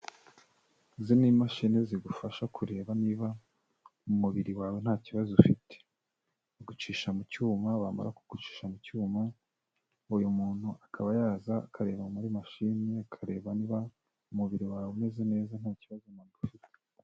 Izi ni imashini zigufasha kureba niba umubiri wawe nta kibazo ufite. Bagucisha mu cyuma bamara kugucisha mu cyuma, uyu muntu akaba yaza akareba muri mashine, akareba niba umubiri wawe umeze neza nta kibazo namba ufite.